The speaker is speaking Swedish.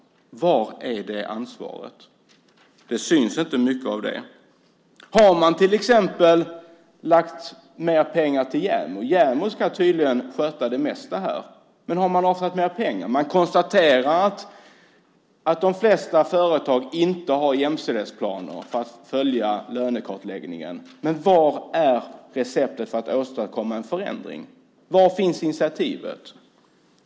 Var är det ansvaret? Det syns inte mycket av det. Har regeringen till exempel lagt mer pengar på JämO? JämO ska tydligen sköta det mesta, men har man avsatt mer pengar till det? Man konstaterar att de flesta företag inte har jämställdhetsplaner för att följa lönekartläggningen, men var är receptet för att åstadkomma en förändring? Var finns initiativet?